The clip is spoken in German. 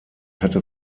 hatte